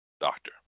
doctor